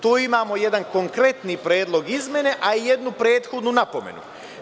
Tu imamo jedan konkretni predlog izmene, a i jednu prethodnu napomenu.